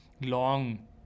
long